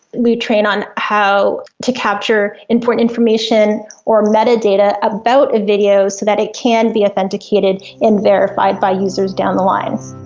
we train on how to capture important information or metadata about a video so that it can be authenticated and verified by users down the line.